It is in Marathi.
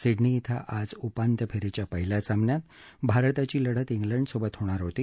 सिडनी क्रें आज उपांत्य फेरीच्या पहिल्या सामन्यात भारताची लढत क्लंड सोबत होणार होती